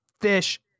fish